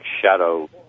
shadow